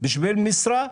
בשביל משרה?